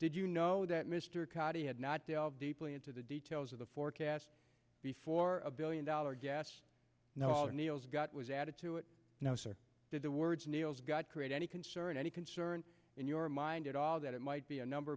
did you know that mr caddy had not delved deeply into the details of the forecast before a billion dollar gas no neils got was added to it no sir did the words kneels god create any concern any concern in your mind at all that it might be a number